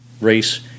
race